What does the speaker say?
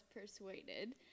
persuaded